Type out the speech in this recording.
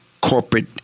corporate